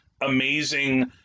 amazing